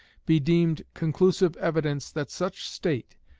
be deemed conclusive evidence that such state,